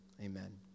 amen